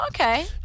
Okay